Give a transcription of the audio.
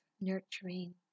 nurturing